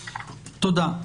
תודה.